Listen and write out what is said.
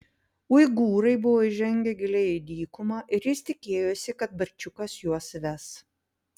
uigūrai buvo įžengę giliai į dykumą ir jis tikėjosi kad barčiukas juos ves